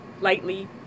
lightly